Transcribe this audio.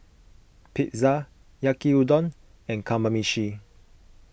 Pizza Yaki Udon and Kamameshi